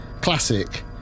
Classic